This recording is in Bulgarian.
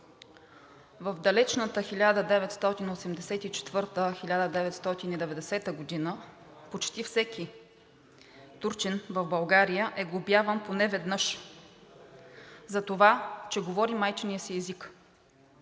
в далечната 1984 – 1990 г. почти всеки турчин в България е глобяван поне веднъж за това, че говори майчиния си език.